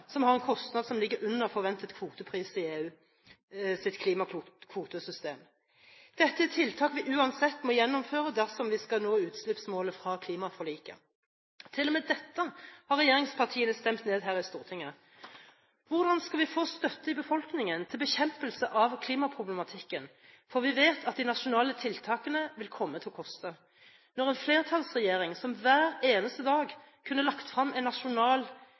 som har en kostnad som ligger under forventet kvotepris i EUs klimakvotesystem. Dette er tiltak vi uansett må gjennomføre dersom vi skal nå utslippsmålet fra klimaforliket. Til og med dette har regjeringspartiene stemt ned her i Stortinget. Hvordan skal vi få støtte i befolkningen til bekjempelse av klimaproblematikken – for vi vet at de nasjonale tiltakene vil komme til å koste – når en flertallsregjering som hver eneste dag kunne lagt frem en